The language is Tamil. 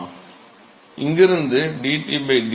மாணவர் இங்கிருந்து dT dx மாணவர் ஆம்